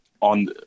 on